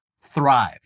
thrive